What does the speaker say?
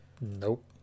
Nope